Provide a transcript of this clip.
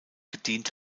gedient